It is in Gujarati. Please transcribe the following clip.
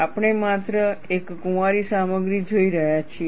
આપણે માત્ર એક કુંવારી સામગ્રી જોઈ રહ્યા છીએ